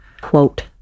quote